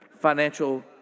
financial